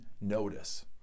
notice